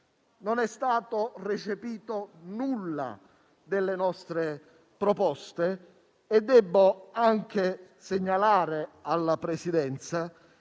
Non è stato recepito nulla delle nostre proposte e debbo anche segnalare alla Presidenza